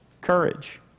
courage